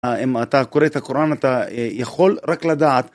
אם אתה קורא את הקוראן אתה יכול רק לדעת.